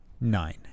Nine